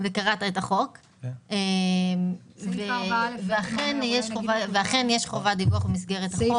וקראת את החוק, ואכן יש חובת דיווח במסגרת החוק.